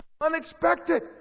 unexpected